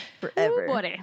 Forever